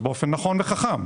באופן נכון וחכם,